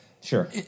sure